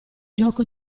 gioco